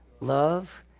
Love